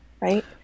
right